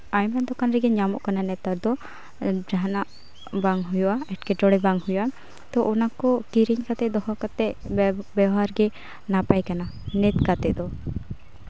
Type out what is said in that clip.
ᱟᱭᱢᱟ ᱫᱚᱠᱟᱱ ᱨᱮᱜᱮ ᱧᱟᱢᱚᱜ ᱠᱟᱱᱟ ᱱᱮᱛᱟᱨ ᱫᱚ ᱡᱟᱦᱟᱱᱟᱜ ᱵᱟᱝ ᱦᱩᱭᱩᱜᱼᱟ ᱮᱴᱠᱮᱴᱚᱬᱮ ᱮᱴᱠᱮᱴᱚᱬᱮ ᱵᱟᱝ ᱦᱩᱭᱩᱜᱼᱟ ᱛᱚ ᱚᱱᱟᱠᱚ ᱠᱤᱨᱤᱧ ᱠᱟᱛᱮ ᱫᱚᱦᱚ ᱠᱟᱛᱮ ᱵᱮᱵᱚᱦᱟᱨ ᱜᱮ ᱱᱟᱯᱟᱭ ᱠᱟᱱᱟ ᱱᱤᱛ ᱠᱟᱛᱮ ᱫᱚ